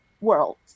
world